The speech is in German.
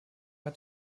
hat